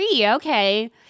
Okay